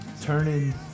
turning